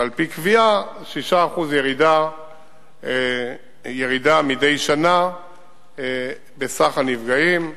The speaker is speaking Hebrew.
ועל-פי קביעה של 6% ירידה מדי שנה בסך הנפגעים.